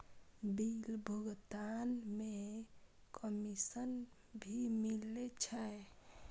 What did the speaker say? Bill भुगतान में commission भी मिले छै?